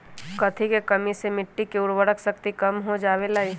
कथी के कमी से मिट्टी के उर्वरक शक्ति कम हो जावेलाई?